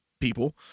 people